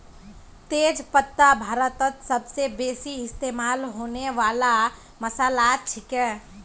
तेज पत्ता भारतत सबस बेसी इस्तमा होने वाला मसालात छिके